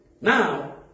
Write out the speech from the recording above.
Now